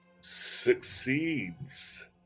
succeeds